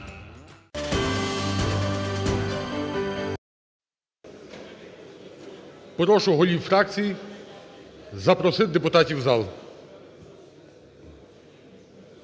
прошу голів фракцій запросити депутатів в зал,